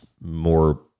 more